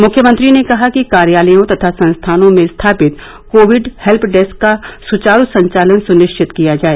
मुख्यमंत्री ने कहा कि कार्यालयों तथा संस्थानों में स्थापित कोविड हेल्य डेस्क का सुचारू संचालन सुनिश्चित किया जाए